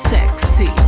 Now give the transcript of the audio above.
Sexy